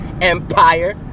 empire